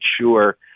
sure